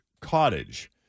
Cottage